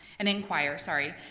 and inquire, sorry.